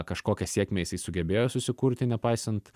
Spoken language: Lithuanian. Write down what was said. kažkokią sėkmę jisai sugebėjo susikurti nepaisant